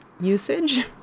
usage